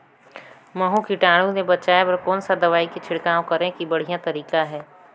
महू कीटाणु ले बचाय बर कोन सा दवाई के छिड़काव करे के बढ़िया तरीका हे?